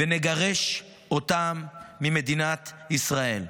ונגרש אותם ממדינת ישראל.